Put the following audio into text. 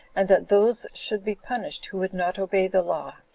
and that those should be punished who would not obey the law.